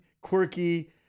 quirky